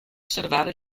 osservare